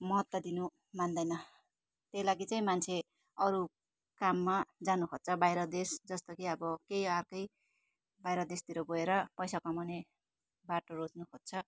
महत्त्व दिनु मान्दैन त्यो लागि चाहिँ मान्छे अरू काममा जानु खोज्छ बाहिर देश जस्तो कि अब केही आर्कै बाहिर देशतिर गएर पैसा कमाउने बाटो रोज्नु खोज्छ